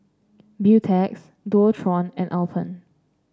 Beautex Dualtron and Alpen